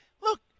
Look